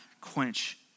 quench